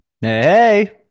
hey